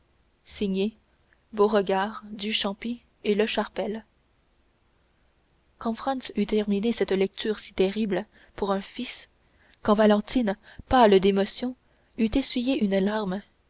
signé beauregard duchampy et lecharpel quand franz eut terminé cette lecture si terrible pour un fils quand valentine pâle d'émotion eut essuyé une larme